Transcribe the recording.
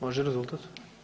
Može rezultat?